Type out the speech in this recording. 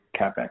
capex